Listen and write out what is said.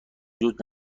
جود